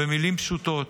במילים פשוטות,